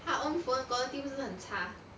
!huh! own phone quality 不是很差